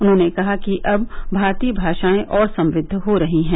उन्होंने कहा कि अब भारतीय भाषाएं और समृद्ध हो रही है